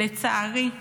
גם אתם,